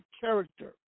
character